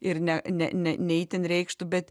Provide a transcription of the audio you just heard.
ir ne ne ne ne itin reikštų bet